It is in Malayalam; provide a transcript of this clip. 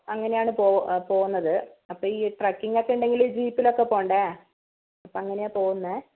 അങ്ങനെയാണ് പോ പോവുന്നത് അപ്പോൾ ഈ ട്രക്കിംഗ് ഒക്കെ ഉണ്ടെങ്കിൽ ജീപ്പിലൊക്കെ പോവേണ്ടേ അപ്പോൾ അങ്ങനെയാണ് പോവുന്നത്